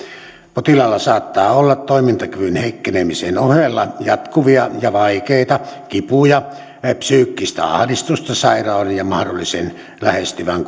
potilaalla saattaa olla toimintakyvyn heikkenemisen ohella jatkuvia ja vaikeita kipuja ja psyykkistä ahdistusta sairautensa ja mahdollisen lähestyvän